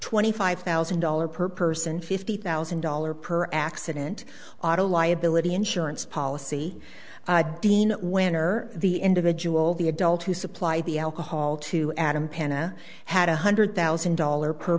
twenty five thousand dollars per person fifty thousand dollars per accident auto liability insurance policy dean winner the individual the adult who supplied the alcohol to adam pena had one hundred thousand dollars per